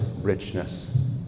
richness